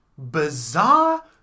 bizarre